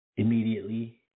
Immediately